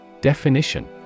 Definition